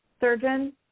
surgeon